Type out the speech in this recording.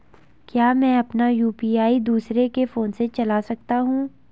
क्या मैं अपना यु.पी.आई दूसरे के फोन से चला सकता हूँ?